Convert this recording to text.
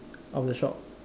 of the shop